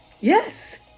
Yes